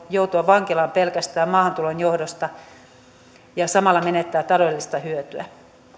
joutua vankilaan pelkästään maahantulon johdosta eikä samalla menettää taloudellista hyötyä